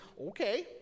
Okay